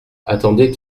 attendez